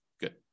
Good